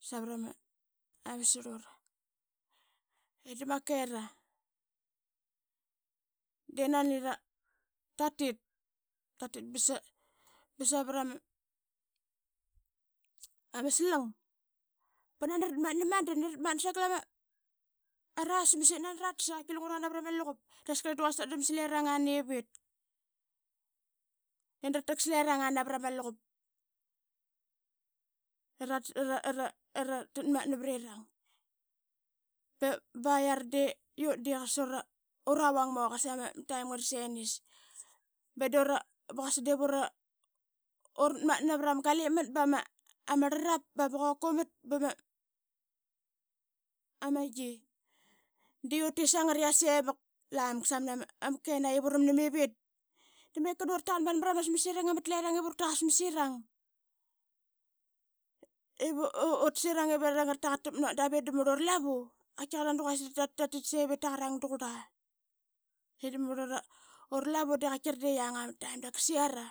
savara ma slura. Malera denini ratit, tatit ba savatrama slang ba nani ratmatna madan i ratmatna sanqal arasmas i qaiti lungura na varama luqup i qaitasqar i daquasik tadram slerunga nevit ee da rataksleranga navat ama luqup i ratmatna varirang. Bai yara de qasa ut de ura vang maqas i ama navar ama galipmat bama rlarlap bama qokomat bama yi ip uramnam i vit meka nani ura taqan banbruma samasirang amatlerang ip ura taqusmas i rang ip utas irang ip irang nga rataqatakmat naut. Dap itdangari ura lavu qaitaqar nani quasik tatit sevit taqarang tuqura qaititdangri ura lavu de qaitira de qaiti yang ama taim dap qaisiara.